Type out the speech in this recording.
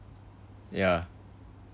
yeah